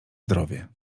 zdrowie